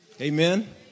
Amen